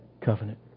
Covenant